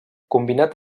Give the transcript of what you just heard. combinat